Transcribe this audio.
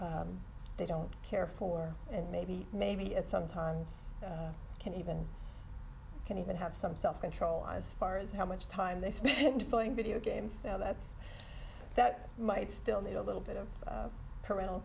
they don't care for and maybe maybe it sometimes can even can even have some self control as far as how much time they spend videogames that's that might still need a little bit of parental